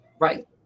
Right